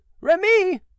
remy